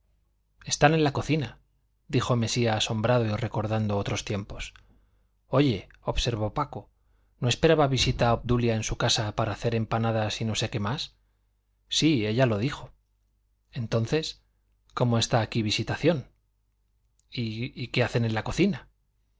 están en la cocina dijo mesía asombrado y recordando otros tiempos oye observó paco no esperaba visita a obdulia en su casa para hacer empanadas y no sé qué mas sí ella lo dijo entonces cómo está aquí visitación y qué hacen en la cocina